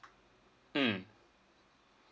mm